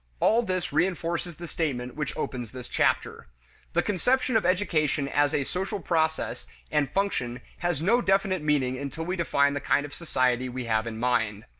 all this reinforces the statement which opens this chapter the conception of education as a social process and function has no definite meaning until we define the kind of society we have in mind.